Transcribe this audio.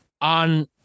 on